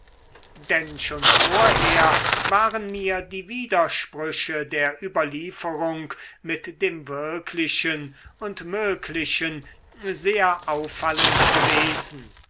denn schon vorher waren mir die widersprüche der überlieferung mit dem wirklichen und möglichen sehr auffallend gewesen